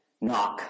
knock